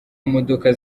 modoka